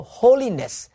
holiness